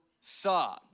saw